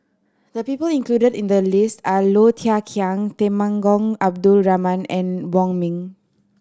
the people included in the list are Low Thia Khiang Temenggong Abdul Rahman and Wong Ming